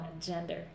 Gender